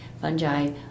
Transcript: fungi